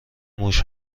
موش